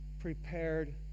prepared